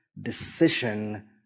decision